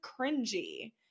cringy